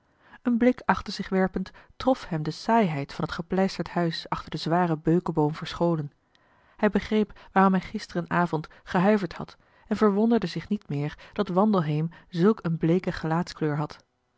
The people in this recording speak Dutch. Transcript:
een blik achter zich werpend trof hem de saaiheid van het gepleisterd huis achter den zwaren beukeboom verscholen hij begreep waarom hij gisteren avond gehuiverd had en verwonderde zich niet meer dat wandelheem zulk een bleeke gelaatskleur had